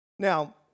Now